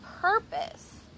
purpose